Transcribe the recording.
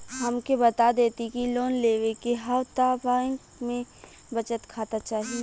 हमके बता देती की लोन लेवे के हव त बैंक में बचत खाता चाही?